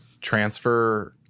transfer